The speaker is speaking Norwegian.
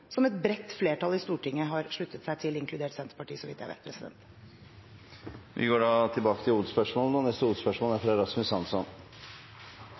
som et bredt flertall i Stortinget har sluttet seg til, inkludert Senterpartiet, så vidt jeg vet. Vi går til neste hovedspørsmål. Mitt spørsmål går til olje- og